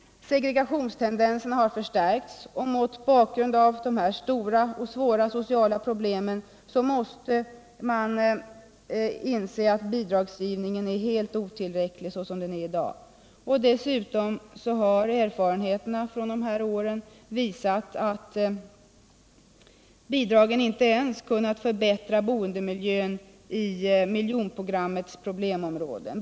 Segregationstendensernå har förstärkts. Mot bakgrund av dessa stora och svåra sociala problem måste man inse att bidragsgivningen är helt otillräcklig. Dessutom har erfarenheterna visat att bidragen inte ens kunnat förbättra boendemiljön i miljonprogrammets problemområden.